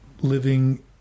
living